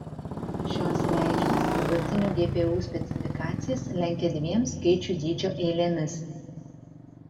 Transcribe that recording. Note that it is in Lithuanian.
šios reikšmės dabartinių gpu specifikacijas lenkia dviem skaičių dydžio eilėmis